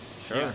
Sure